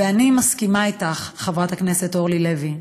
ואני מסכימה איתך, חברת הכנסת אורלי לוי,